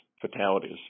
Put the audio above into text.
fatalities